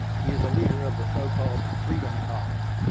he is a leader of the so-called freedom caucus.